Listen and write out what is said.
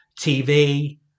TV